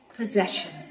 possession